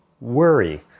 worry